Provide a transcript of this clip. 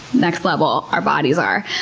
next level, our bodies are.